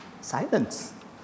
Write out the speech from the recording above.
silence